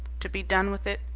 to be done with it,